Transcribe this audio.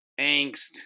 angst